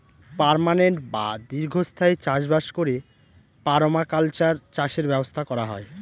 permanent বা দীর্ঘস্থায়ী চাষ বাস করে পারমাকালচার চাষের ব্যবস্থা করা হয়